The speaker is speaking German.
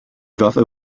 waffe